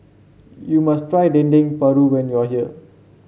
you must try Dendeng Paru when you are here